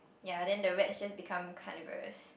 ya then the rats just become carnivorous